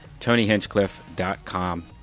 TonyHinchcliffe.com